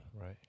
right